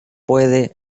pueden